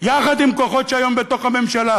יחד עם כוחות שהיום בתוך הממשלה,